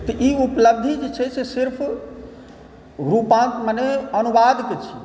तऽ ई उपलब्धि जे छै से सिर्फ़ रूपा मने अनुवादक छियै